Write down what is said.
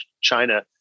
China